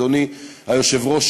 אדוני היושב-ראש,